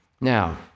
Now